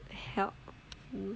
helpful